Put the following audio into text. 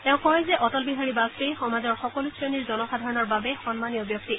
তেওঁ কয় যে অটল বিহাৰী বাজপেয়ী সমাজৰ সকলো শ্ৰেণীৰ জনসাধাৰণৰ বাবে সন্মানীয় ব্যক্তি